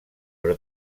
però